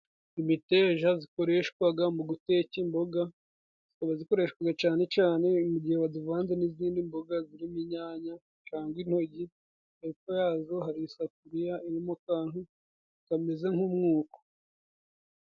Imiteja zikoreshwaga mu guteka imboga zikaba zikoreshwaga cane cane mu gihe bazivanze n'izindi mboga, zirimo inyanya cangwa intoryi hepfo yazo hari isafuriya iririmo akantu kameze nk'umwuko.